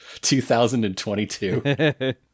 2022